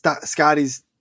scotty's